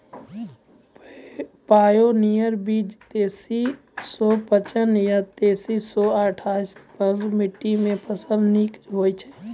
Pioneer बीज तेंतीस सौ पचपन या तेंतीस सौ अट्ठासी बलधुस मिट्टी मे फसल निक होई छै?